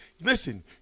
Listen